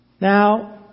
Now